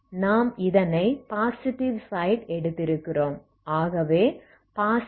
நாம் இதனை positive side எடுத்திருக்கிறோம்